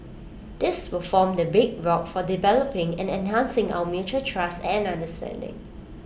this will form the bedrock for developing and enhancing our mutual trust and understanding